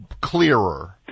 clearer